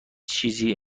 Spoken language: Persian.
چیزی